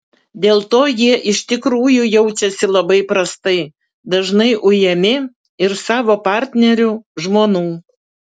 dėl to jie iš tikrųjų jaučiasi labai prastai dažnai ujami ir savo partnerių žmonų